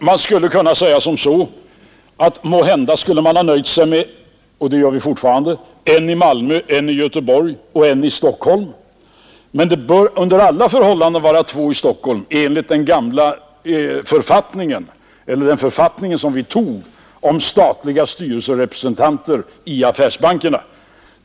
Man kan säga som så, att måhända skulle man ha nöjt sig med — och det gör vi fortfarande — en i Malmö, en i Göteborg och en i Stockholm, men det bör under alla förhållanden vara två i Stockholm enligt den författning som vi antagit om statliga styrelserepresentanter i affärsbankerna.